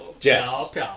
Yes